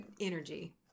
energy